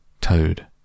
Toad